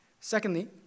Secondly